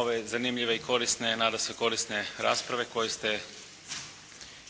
ove zanimljive i korisne a nadasve korisne rasprave koju ste